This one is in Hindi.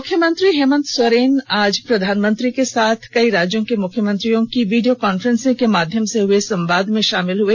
मुख्यमंत्री हेमंत सोरेन आज प्रधानमंत्री के साथ कई राज्यों के मुख्यमंत्रियों की वीडियो कांफ्रेंसिंग के माध्यम से हए संवाद में शामिल हए